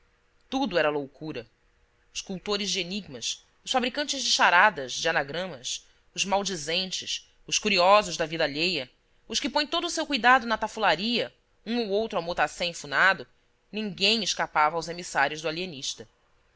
tudo era loucura os cultores de enigmas os fabricantes de charadas de anagramas os maldizentes os curiosos da vida alheia os que põem todo o seu cuidado na tafularia um ou outro almotacé enfunado ninguém escapava aos emissários do